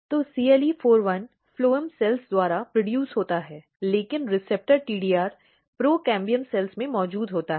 तो CLE41 phloem कोशिकाओं द्वारा निर्मित होता है लेकिन रिसेप्टर TDR प्रोकैम्बियम कोशिकाओं में मौजूद होता है